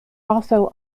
also